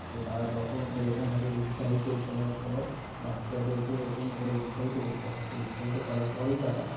তো তারা তখন এরকমভাবে উৎসাহিত করার পর বাচ্চাদেরকে এরকম করে উৎসাহিত করতে হবে তো উৎসাহিত করার পরই তারা